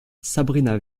sabrina